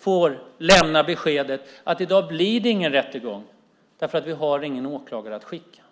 ska lämna beskedet: I dag blir det ingen rättegång för vi har ingen åklagare att skicka.